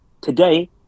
Today